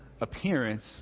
appearance